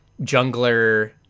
jungler